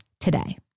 today